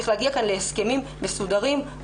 צריך להגיע להסכמים מסודרים, ברורים,